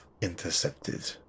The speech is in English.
intercepted